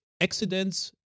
accidents